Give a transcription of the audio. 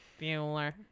Bueller